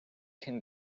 can